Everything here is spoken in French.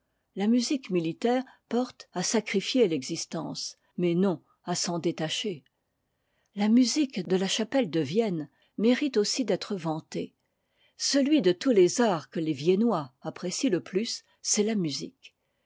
la musique militaire porte à sacrifier l'existence mais non à s'en détacher la musique de la chapelle de vienne mérite aussi d'être vantée celui de tous les arts que les viennois apprécient le plus c'est la musique